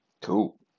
Cool